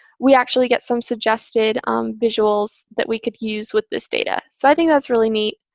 we actually get some suggested um visuals that we could use with this data. so i think that's really neat.